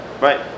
Right